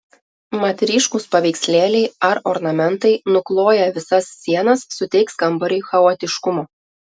mat ryškūs paveikslėliai ar ornamentai nukloję visas sienas suteiks kambariui chaotiškumo